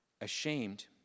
ashamed